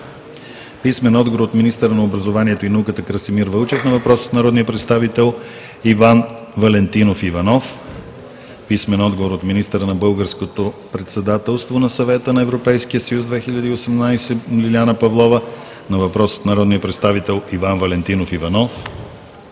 Жельо Бойчев; - министъра на образованието и науката Красимир Вълчев на въпрос от народния представител Иван Валентинов Иванов; - министъра на българското председателство на Съвета на Европейския съюз 2018 Лиляна Павлова на въпрос от народния представител Иван Валентинов Иванов;